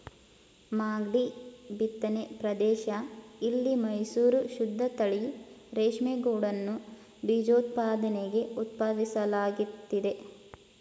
ಮಾಗ್ಡಿ ಬಿತ್ತನೆ ಪ್ರದೇಶ ಇಲ್ಲಿ ಮೈಸೂರು ಶುದ್ದತಳಿ ರೇಷ್ಮೆಗೂಡನ್ನು ಬೀಜೋತ್ಪಾದನೆಗೆ ಉತ್ಪಾದಿಸಲಾಗ್ತಿದೆ